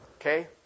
Okay